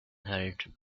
held